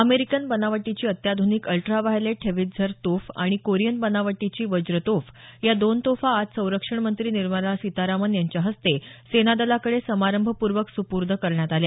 American बनावटीची अत्याध्निक ultraviolet howitzer तोफ आणि कोरियन बनावटीची वज्र तोफ या दोन तोफा आज संरक्षण मंत्री निर्मला सीतारामन यांच्या हस्ते सेनादलाकडे समारंभपूर्वक सुपूर्द करण्यात आल्या